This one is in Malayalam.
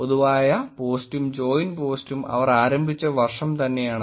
പൊതുവായ പോസ്റ്റും ജോയിന്റ് പോസ്റ്റും അവർ ആരംഭിച്ച വർഷം തന്നെയാണ്